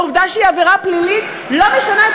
העובדה שהיא עבירה פלילית לא משנה את